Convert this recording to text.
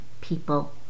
people